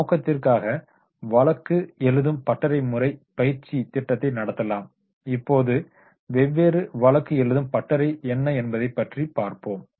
ஒரு நோக்கத்திற்காக வழக்கு எழுத்துப்பயிற்சி ஒர்க்கஷாப் முறைக்கான திட்டத்தை நடத்தலாம் இப்போது வெவ்வேறு வழக்கு எழுதும் பயிற்சி ஒர்க்கஷாப் என்ன என்பதை பற்றி பார்ப்போம்